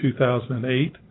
2008